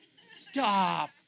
Stop